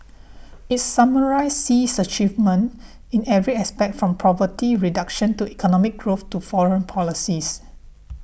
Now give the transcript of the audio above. it summarises Xi's achievements in every aspect from poverty reduction to economic growth to foreign policies